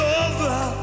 over